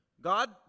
God